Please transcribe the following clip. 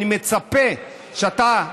אני מצפה שאתה,